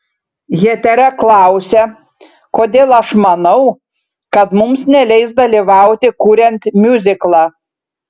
hetera klausia kodėl aš manau kad mums neleis dalyvauti kuriant miuziklą